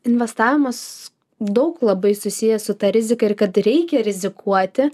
investavimas daug labai susijęs su ta rizika ir kad reikia rizikuoti